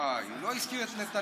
הוא לא הזכיר את נתניהו.